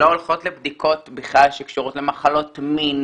לא הולכות לבדיקות בכלל שקשורות למחלות מין,